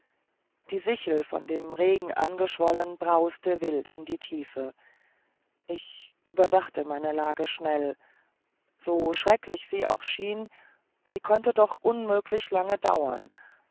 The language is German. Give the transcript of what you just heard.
die sichel von dem regen angeschwollen brauste wild in die tiefe ich überdachte meine lage schnell so schrecklich sie auch schien sie konnte doch unmöglich lange dauern